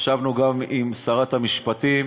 ישבנו גם עם שרת המשפטים,